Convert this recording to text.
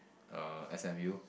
uh s_m_u